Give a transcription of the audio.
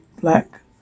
Black